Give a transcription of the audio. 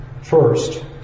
First